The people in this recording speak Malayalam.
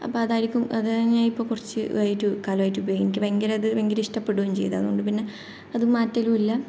അപ്പോൾ അതായിരിക്കും അത് ഞാൻ കുറച്ച് ആയിട്ട് കാലമായിട്ട് ഉപയോഗിക്കുന്നത് എനിക്ക് ഭയങ്കര അത് ഭയങ്കര ഇഷ്ടപ്പെടുകയും ചെയ്തു അതുകൊണ്ടു പിന്നെ അത് മാറ്റലും ഇല്ല